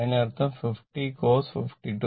അതിനർത്ഥം 50 cos 52